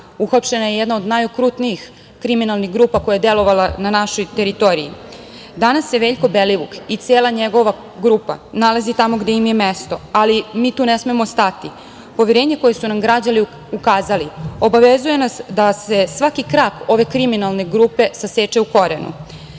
Uhapšena je jedna od najokrutnijih kriminalnih grupa koja je delovala na našoj teritoriji. Danas se Veljko Belivuk i cela njegova grupa nalaze tamo gde im je mesto, ali mi tu ne smemo stati. Poverenje koje su nam građani ukazali obavezuje nas da se svaki krak ove kriminalne grupe saseče u korenu,